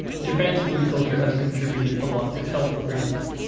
japan's food culture has contributed a lot to health over here,